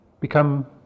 become